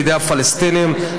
לידי הפלסטינים,